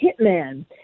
Hitman